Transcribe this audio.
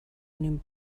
den